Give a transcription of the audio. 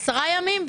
עשרה ימים,